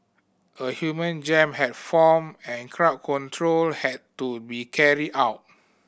a human jam had formed and crowd control had to be carried out